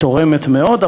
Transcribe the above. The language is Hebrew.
תורמת מאוד.